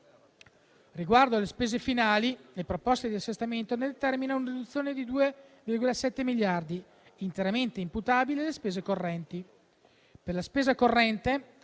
Riguardo alle spese finali, la proposta di assestamento ne determina una riduzione di 2,7 miliardi, interamente imputabile alle spese correnti.